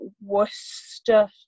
Worcester